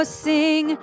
sing